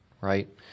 right